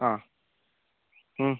ആ മ്